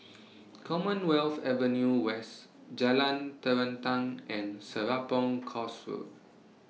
Commonwealth Avenue West Jalan Terentang and Serapong Course Road